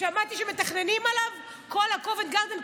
שמעתי שמתכננים עליו בכל הקובנט גרדן,